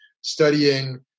studying